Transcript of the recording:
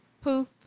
Poof